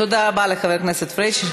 תודה רבה לחבר הכנסת פריג'.